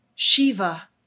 Shiva